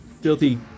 filthy